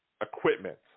equipment